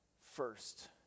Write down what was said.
first